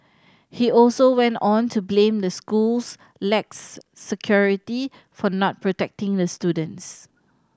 he also went on to blame the school's lax security for not protecting the students